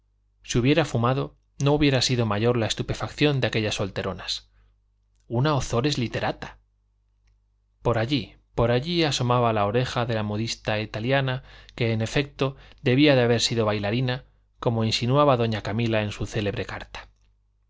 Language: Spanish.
si hubiera fumado no hubiera sido mayor la estupefacción de aquellas solteronas una ozores literata por allí por allí asomaba la oreja de la modista italiana que en efecto debía de haber sido bailarina como insinuaba doña camila en su célebre carta